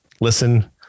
listen